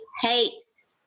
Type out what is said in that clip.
hates